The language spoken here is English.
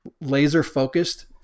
laser-focused